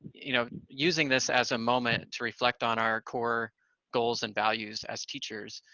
you know, using this as a moment to reflect on our core goals and values as teachers,